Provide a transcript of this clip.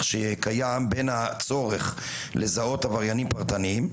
שקיים בין הצורך לזהות עבריינים פרטניים,